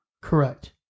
Correct